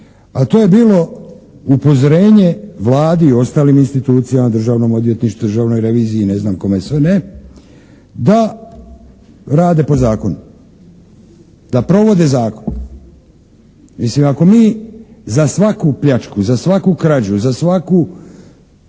a to je bilo upozorenje Vladi i ostalim institucijama, Državnom odvjetništvu, Državnoj reviziji, ne znam kome sve ne, da rade po zakonu. Da provode zakon. Mislim ako mi za svaku pljačku, za svaku krađu, za svaku